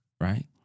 right